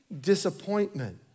disappointment